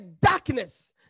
darkness